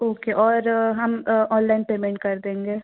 okay और हम online payment कर देंगे